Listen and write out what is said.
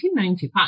1995